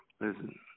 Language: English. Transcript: Listen